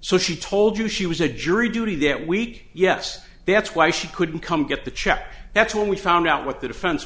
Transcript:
so she told you she was a jury duty that week yes that's why she couldn't come get the check that's when we found out what the defense